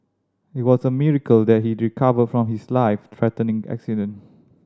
it was a miracle that he recovered from his life threatening accident